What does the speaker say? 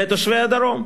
לתושבי הדרום.